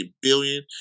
billion